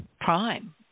Prime